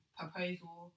proposal